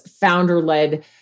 founder-led